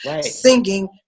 singing